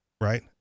Right